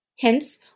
Hence